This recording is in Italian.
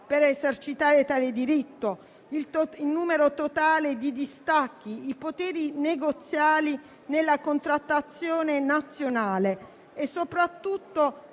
per esercitare tale diritto, il numero totale di distacchi, i poteri negoziali nella contrattazione nazionale e soprattutto